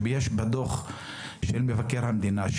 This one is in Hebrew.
שיש בדוח מבקר המדינה,